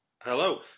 Hello